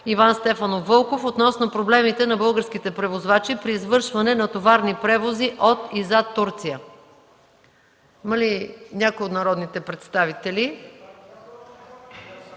Иван Стефанов Вълков, относно проблемите на българските превозвачи при извършване на товарни превози от и за Турция.